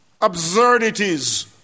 absurdities